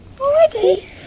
Already